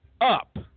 up